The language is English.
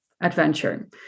adventure